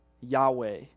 Yahweh